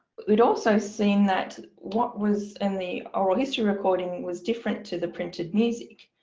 we'd also seen that what was in the oral history recording was different to the printed music.